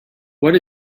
what